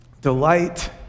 delight